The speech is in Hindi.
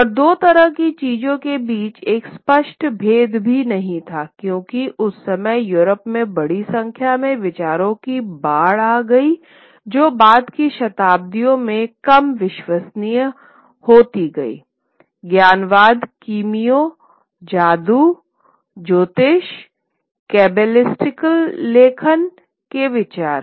और दो तरह की चीजों के बीच एक स्पष्ट भेद भी नहीं था क्योंकि उस समय यूरोप में बड़ी संख्या में विचारों की बाढ़ आ गई जो बाद की शताब्दियों में कम विश्वसनीय होती गई ज्ञानवाद कीमिया जादू ज्योतिष कैबेलिस्टिक लेखन के विचार